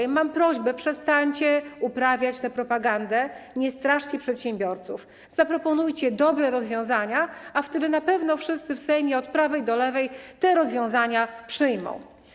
I mam prośbę: przestańcie uprawiać tę propagandę, nie straszcie przedsiębiorców, zaproponujcie dobre rozwiązania, a wtedy na pewno wszyscy w Sejmie od prawej do lewej te rozwiązania przyjmą.